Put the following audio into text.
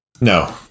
No